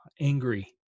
angry